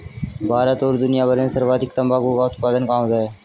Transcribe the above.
भारत और दुनिया भर में सर्वाधिक तंबाकू का उत्पादन कहां होता है?